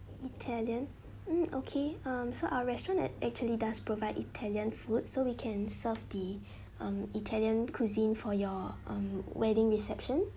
italian hmm okay um so our restaurant ac~ actually does provide italian food so we can serve the um italian cuisine for your um wedding reception